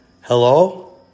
hello